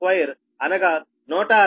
662అనగా 160